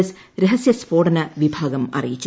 S രഹസ്യസ്ഫോടന വിഭാഗം അറിയിച്ചു